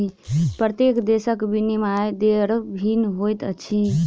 प्रत्येक देशक विनिमय दर भिन्न होइत अछि